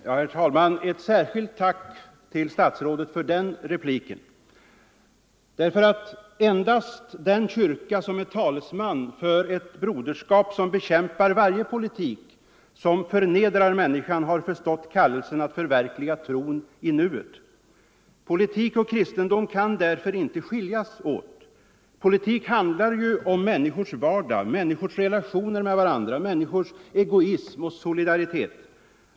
Herr talman! Ett särskilt tack till statsrådet för den repliken. Endast den kyrka, som är talesman för ett broderskap som bekämpar varje politik som förnedrar människan, har förstått kallelsen att förverkliga tron i nuet. Politik och kristendom kan därför inte skiljas åt. Politik handlar ju om människors vardag, människors relationer med varandra, människors egoism och solidaritet.